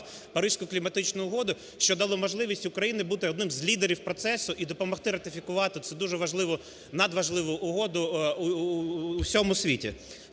Паризьку кліматичну угоду, що дало можливість Україні бути одним з лідерів процесу і допомогти ратифікувати цю дуже важливу, надважливу угоду у всьому світі.